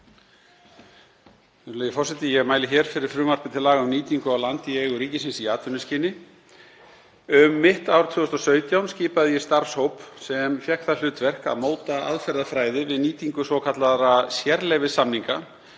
Virðulegi forseti. Ég mæli hér fyrir frumvarpi til laga um nýtingu á landi í eigu ríkisins í atvinnuskyni. Um mitt ár 2017 skipaði ég starfshóp sem fékk það hlutverk að móta aðferðafræði við nýtingu svokallaðra sérleyfissamninga